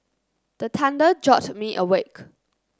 the thunder jolt me awake